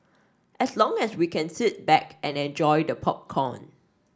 as long as we can sit back and enjoy the popcorn